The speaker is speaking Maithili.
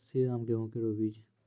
श्रीराम गेहूँ केरो बीज?